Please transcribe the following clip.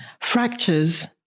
Fractures